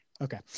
Okay